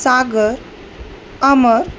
सागर अमर